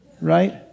right